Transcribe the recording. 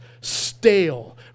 stale